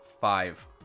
Five